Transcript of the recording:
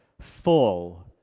full